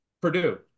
Purdue